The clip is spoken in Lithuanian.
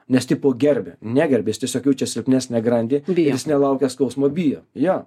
nes tipo gerbia negerbia jis tiesiog jaučia silpnesnę grandį ir jis nelaukia skausmo bijo jo